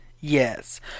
yes